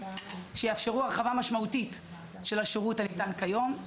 שיאפשר הרחבה משמעותית של השירות הניתן כיום.